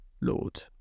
Lord